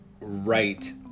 right